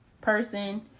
Person